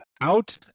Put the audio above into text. out